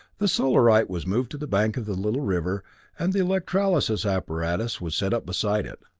the solarite was moved to the bank of the little river and the electrolysis apparatus was set up beside it.